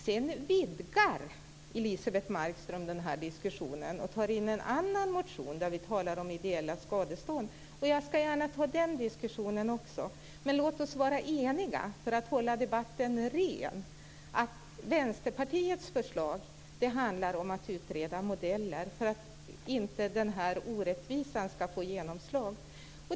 Sedan vidgar Elisebeht Markström den här diskussionen och tar in en annan motion där vi talar om ideella skadestånd. Jag ska gärna ta den diskussionen också. Men låt oss, för att hålla debatten ren, vara eniga om att Vänsterpartiets förslag handlar om att utreda modeller för att inte den här orättvisan ska få genomslag.